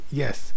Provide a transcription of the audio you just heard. yes